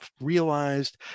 realized